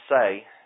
say